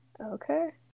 Okay